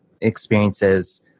experiences